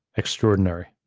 extraordinary.